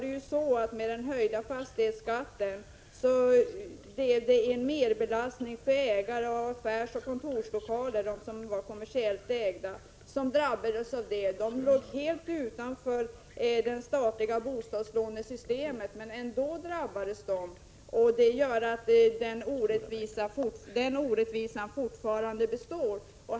Dessutom drabbades ägarna till kommersiellt ägda affärsoch kontorslokaler av en merbelastning på grund av den höjda fastighetsskatten. De låg helt utanför det statliga bostadslånets system, men ändå drabbades de. Det gör att den orättvisan fortfarande består.